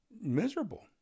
miserable